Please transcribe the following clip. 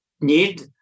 need